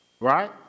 right